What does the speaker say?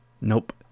Nope